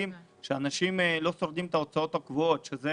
אנשים לא מקבלים את ההוצאות הקבועות כאשר